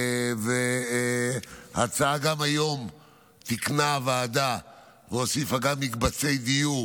גם היום תיקנה הוועדה והוסיפה גם מקבצי דיור